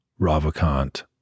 Ravikant